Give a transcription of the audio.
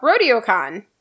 RodeoCon